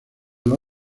los